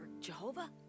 Jehovah